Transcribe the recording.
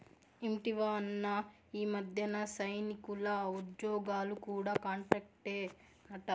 ఇంటివా అన్నా, ఈ మధ్యన సైనికుల ఉజ్జోగాలు కూడా కాంట్రాక్టేనట